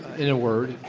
in a word.